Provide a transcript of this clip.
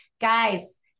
guys